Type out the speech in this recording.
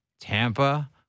Tampa